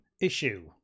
issue